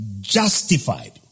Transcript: justified